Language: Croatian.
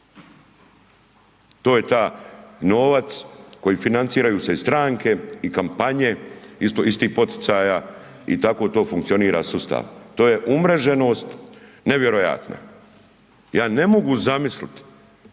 To je taj novac koji financiraju i stranke i kampanje, iz tih poticaja i tako to funkcionira sustav. To je umreženost nevjerojatna. Ja ne mogu zamisliti